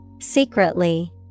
Secretly